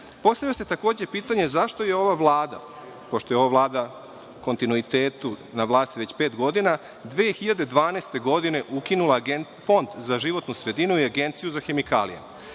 smeru. Postavlja se takođe pitanje zašto je ova Vlada, pošto je ova Vlada u kontinuitetu na vlasti već pet godina, 2012. godine ukinula Fond za životnu sredinu i Agenciju za hemikalije?